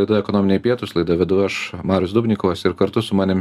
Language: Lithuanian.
laida ekonominiai pietūs laidą vedu aš marius dubnikovas ir kartu su manim